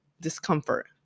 discomfort